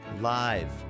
live